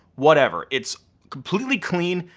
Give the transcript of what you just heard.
whatever. it's completely clean.